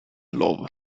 love